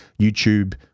YouTube